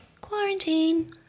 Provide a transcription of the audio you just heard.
Quarantine